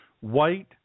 white